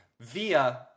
via